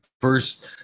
First